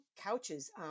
couches